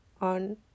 on